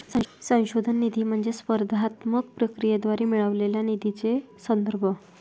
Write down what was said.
संशोधन निधी म्हणजे स्पर्धात्मक प्रक्रियेद्वारे मिळालेल्या निधीचा संदर्भ